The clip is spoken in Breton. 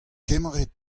kemerit